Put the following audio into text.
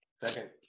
Second